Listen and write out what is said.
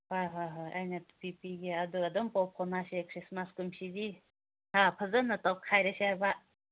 ꯍꯣꯏ ꯍꯣꯏ ꯍꯣꯏ ꯑꯩꯅ ꯄꯤ ꯄꯤꯒꯤ ꯑꯗꯣ ꯑꯗꯨꯝ ꯄꯥꯎ ꯐꯥꯎꯅꯁꯦ ꯈ꯭ꯔꯤꯁꯃꯥꯁ ꯀꯨꯝꯁꯤꯗꯤ ꯑꯥ ꯐꯖꯅ ꯇꯧꯈꯥꯏꯔꯁꯦꯕ